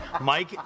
Mike